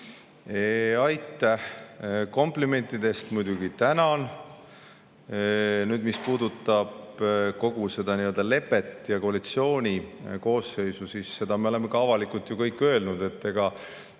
Aitäh! Komplimentide eest muidugi tänan. Mis puudutab kogu seda lepet ja koalitsiooni koosseisu, siis seda me oleme ka avalikult öelnud, et